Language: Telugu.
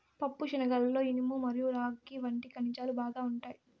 పప్పుశనగలలో ఇనుము మరియు రాగి వంటి ఖనిజాలు బాగా ఉంటాయి